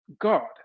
God